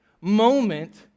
moment